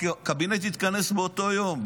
הקבינט התכנס באותו יום,